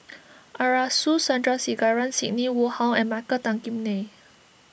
Arasu Sandrasegaran Sidney Woodhull and Michael Tan Kim Nei